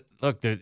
look